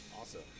awesome